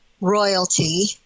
royalty